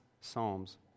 psalms